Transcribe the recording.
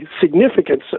significance